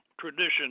tradition